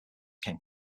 came